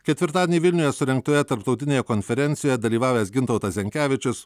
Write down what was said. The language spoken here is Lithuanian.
ketvirtadienį vilniuje surengtoje tarptautinėje konferencijoje dalyvavęs gintautas zenkevičius